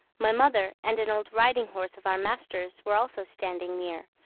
my mother and an old riding horse of our master's were also standing near,